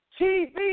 TV